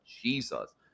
jesus